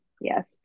yes